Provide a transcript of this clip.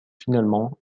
finalement